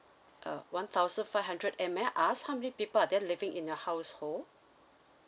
uh one thousand five hundred and may I ask how many people are there living in your household